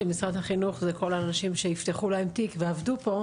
שמשרד החינוך אלו כל האנשים שיפתחו להם תיק ועבדו פה,